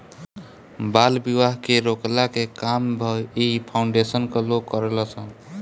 बाल विवाह के रोकला के काम भी फाउंडेशन कअ लोग करेलन सन